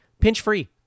pinch-free